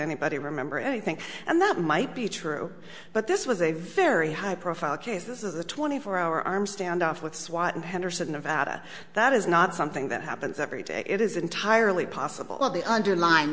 anybody remember anything and that might be true but this was a very high profile case this is a twenty four hour arm standoff with swat in henderson nevada that is not something that happens every day it is entirely possible the underlin